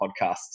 podcasts